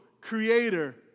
creator